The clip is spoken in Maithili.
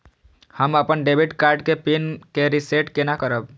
हम अपन डेबिट कार्ड के पिन के रीसेट केना करब?